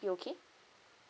be okay